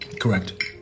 Correct